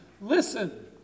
listen